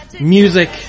music